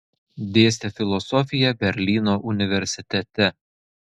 dėstė filosofiją berlyno universitete